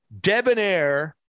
debonair